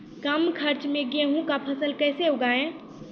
कम खर्च मे गेहूँ का फसल कैसे उगाएं?